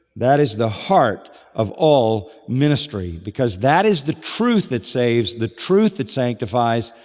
that is the heart of all ministry because that is the truth that saves, the truth it sanctifies,